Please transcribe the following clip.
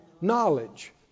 Knowledge